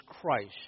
Christ